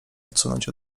odsunąć